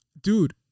Dude